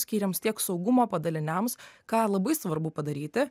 skyriams tiek saugumo padaliniams ką labai svarbu padaryti